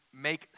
make